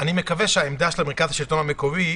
אני מקווה שהעמדה של מרכז שלטון מקומי,